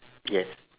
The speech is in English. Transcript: yes